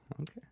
okay